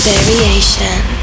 Variation